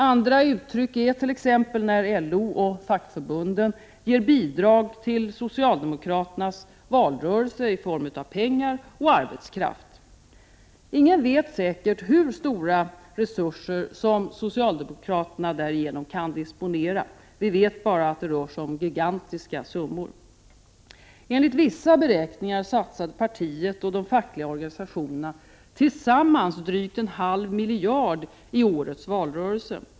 Andra uttryck är t.ex. när LO och fackförbunden ger bidrag till socialdemokraternas valrörelse i form av pengar och arbetskraft. Inget vet säkert hur stora resurser som socialdemokraterna därigenom kan disponera — vi vet bara att det rör sig om gigantiska summor. Enligt vissa beräkningar satsade partiet och de fackliga organisationerna tillsammans drygt en halv miljard i årets valrörelse.